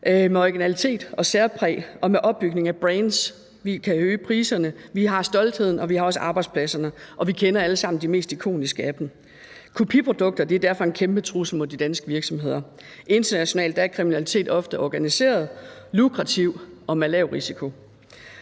med originalitet og særpræg og med opbygning af brands – og vi kan øge priserne, vi har stoltheden, og vi har også arbejdspladserne, og vi kender alle sammen de mest ikoniske af dem. Kopiprodukter er derfor en kæmpe trussel mod de danske virksomheder. Internationalt er kriminalitet ofte organiseret, lukrativ og med lav risiko.